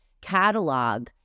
catalog